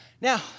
now